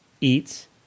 eats